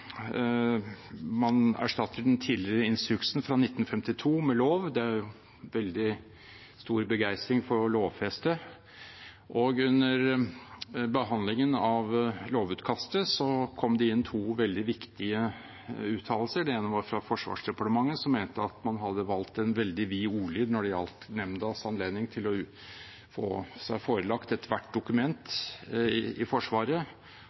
er veldig stor begeistring for å lovfeste – og under behandlingen av lovutkastet kom det inn to veldig viktige uttalelser. Den ene var fra Forsvarsdepartementet, som mente at man hadde valgt en veldig vid ordlyd når det gjaldt nemndens anledning til å få seg forelagt ethvert dokument i Forsvaret,